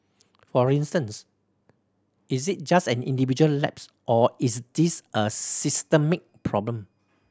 for instance is it just an individual lapse or is this a systemic problem